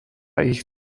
ich